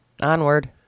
Onward